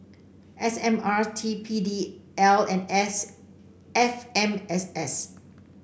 S M R T P D L and S F M S S